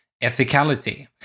ethicality